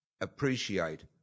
appreciate